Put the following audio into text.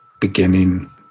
beginning